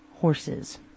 horses